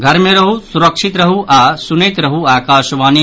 घर मे रहू सुरक्षित रहू आ सुनैत रहू आकाशवाणी